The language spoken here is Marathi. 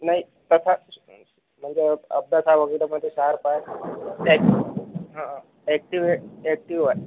नाही तसं म्हणजे अभ्यासावगैरेमध्ये शार्प आहे ॲक ॲक्टिव्ह आहे ॲक्टिव्ह आहे